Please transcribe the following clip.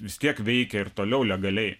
vis tiek veikė ir toliau legaliai